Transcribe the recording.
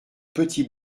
petit